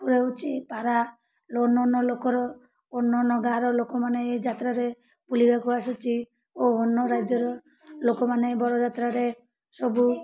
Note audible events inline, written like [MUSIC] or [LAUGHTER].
ଠାକୁର ହେଉଛି ପାରା [UNINTELLIGIBLE] ଲୋକର [UNINTELLIGIBLE] ଗାଁର ଲୋକମାନେ ଏ ଯାତ୍ରାରେ ବୁଲିବାକୁ ଆସୁଛି ଓ ଅନ୍ୟ ରାଜ୍ୟର ଲୋକମାନେ ବଡ଼ ଯାତ୍ରାରେ ସବୁ